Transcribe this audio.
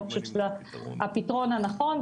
אני חושבת שזה לא הפתרון הנכון.